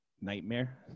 nightmare